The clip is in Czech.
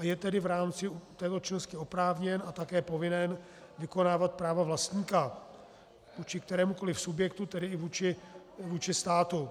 je tedy v rámci této činnosti oprávněn a také povinen vykonávat práva vlastníka vůči kterémukoli subjektu, tedy i vůči státu.